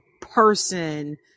person